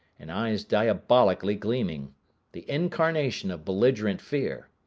and eyes diabolically gleaming the incarnation of belligerent fear.